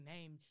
name